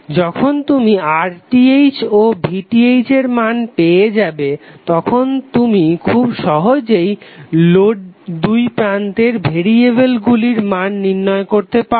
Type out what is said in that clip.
যখন তুমি RTh ও VTh এর মান পেয়ে যাবে তখন তুমি খুব সহজেই লোড দুই প্রান্তের ভেরিয়েবেল গুলির মান নির্ণয় করতে পারবে